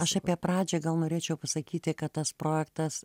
aš apie pradžią gal norėčiau pasakyti kad tas projektas